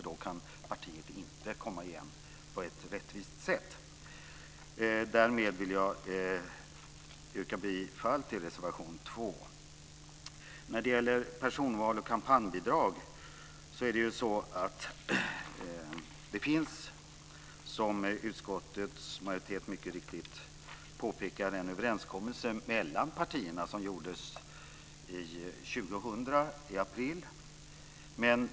Då kan partiet inte komma igen på ett rättvist sätt. Därmed vill jag yrka bifall till reservation 2. När det gäller personval och kampanjbidrag finns det, som utskottets majoritet mycket riktigt påpekar, en överenskommelse mellan partierna som gjordes i april 2000.